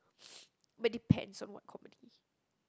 but depends on what comedy